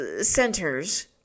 centers